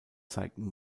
zeigten